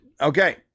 Okay